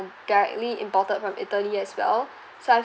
directly imported from italy as well so I've